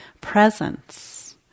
presence